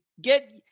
get